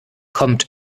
kommt